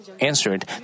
answered